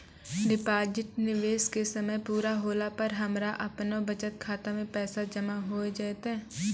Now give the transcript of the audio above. Deposit निवेश के समय पूरा होला पर हमरा आपनौ बचत खाता मे पैसा जमा होय जैतै?